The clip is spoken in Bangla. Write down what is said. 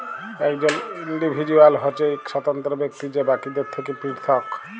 একজল ইল্ডিভিজুয়াল হছে ইক স্বতন্ত্র ব্যক্তি যে বাকিদের থ্যাকে পিরথক